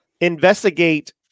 investigate